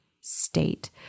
state